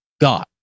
God